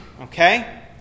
okay